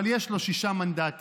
אבל יש לו שישה מנדטים.